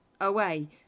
Away